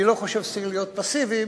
אני לא חושב שצריך להיות פסיביים,